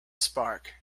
spark